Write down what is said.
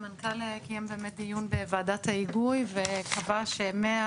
המנכ"ל קיים דיון בוועדת ההיגוי וקבע ש-100